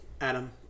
Adam